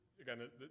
again